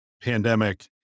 pandemic